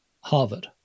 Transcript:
Harvard